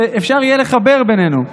שאפשר יהיה לחבר בינינו.